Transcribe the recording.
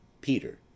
Peter